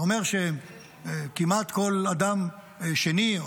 זה אומר שכמעט כל אדם שני,